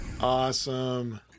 Awesome